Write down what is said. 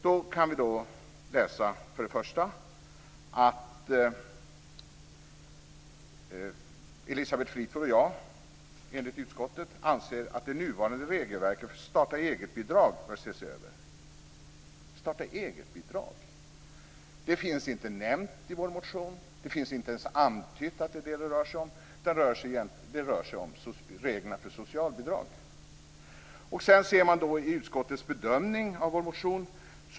Vi kan till att börja med läsa att Elisabeth Fleetwood och jag enligt utskottet anser att det nuvarande regelverket för att starta-eget-bidrag bör ses över. Starta-eget-bidrag har inte nämnts i vår motion. Det är inte ens antytt att det rör sig om det, utan det handlar om reglerna för socialbidrag. Vad står det då i utskottets bedömning av vår motion?